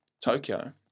Tokyo